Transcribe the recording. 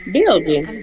Building